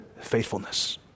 faithfulness